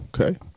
okay